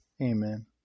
Amen